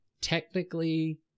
technically